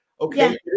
okay